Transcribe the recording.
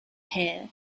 hair